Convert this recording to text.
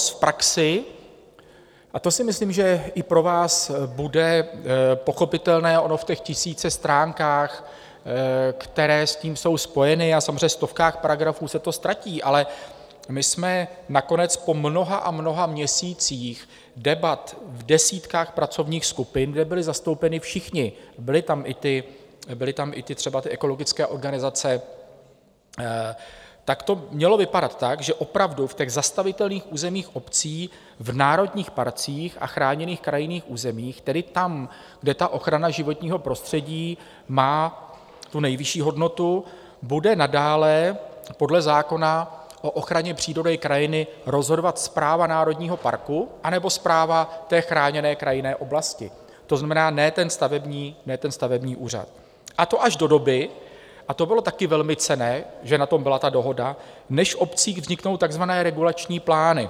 V praxi a to si myslím, že i pro vás bude pochopitelné, ono v těch tisících stránkách, které s tím jsou spojeny, a samozřejmě ve stovkách paragrafů se to ztratí, ale my jsme nakonec po mnoha a mnoha měsících debat v desítkách pracovních skupin, kde byli zastoupeni všichni, byly tam i třeba ty ekologické organizace to mělo vypadat tak, že opravdu v zastavitelných územích obcí, v národních parcích a chráněných krajinných územích, tedy tam, kde ochrana životního prostředí má nejvyšší hodnotu, bude nadále podle zákona o ochraně přírody a krajiny rozhodovat správa národního parku anebo správa chráněné krajinné oblasti, to znamená, ne stavební úřad, a to až do doby a to bylo taky velmi cenné, že na tom byla ta dohoda než v obcích vzniknou takzvané regulační plány.